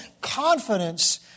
confidence